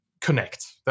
connect